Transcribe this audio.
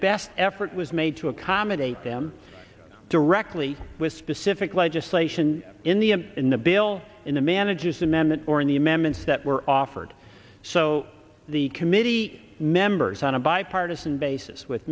best effort was made to accommodate them directly with specific legislation in the in the bill in the manager's amendment or in the amendments that were offered so the committee members on a bipartisan basis with